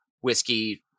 whiskey